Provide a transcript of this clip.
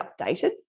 updated